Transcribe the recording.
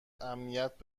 امنیت